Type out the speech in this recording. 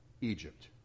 Egypt